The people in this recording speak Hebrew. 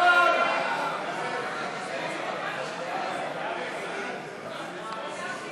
סעיפים